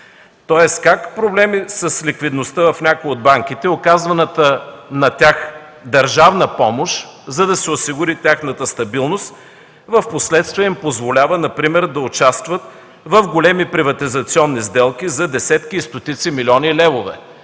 Тоест как проблеми с ликвидността в някои от банките – оказваната им държавна помощ, за да се осигури тяхната стабилност, впоследствие им позволява например да участват в големи приватизационни сделки за десетки и стотици милиони левове?